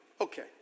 Okay